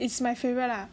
it's my favourite lah